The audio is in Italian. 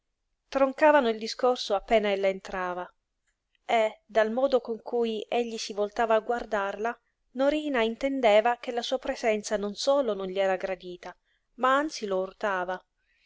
troncavano il discorso appena ella entrava e dal modo con cui egli si voltava a guardarla norina intendeva che la sua presenza non solo non gli era gradita ma anzi lo urtava